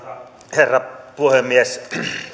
herra puhemies